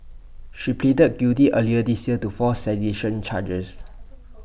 she pleaded guilty earlier this year to four sedition charges